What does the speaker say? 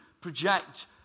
project